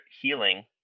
healing